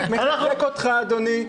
אני מחזק אותך, אדוני.